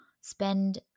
spend